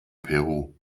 peru